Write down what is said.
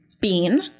bean